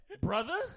brother